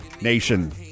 Nation